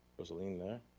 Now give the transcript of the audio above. was the wing there?